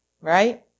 right